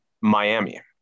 Miami